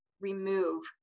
remove